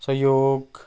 सहयोग